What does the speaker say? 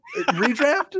redraft